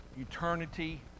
eternity